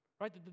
right